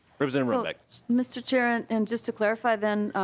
representative runbeck mr. chair and and just to verify then